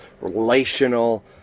relational